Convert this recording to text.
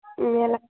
ই মলা